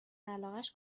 علاقش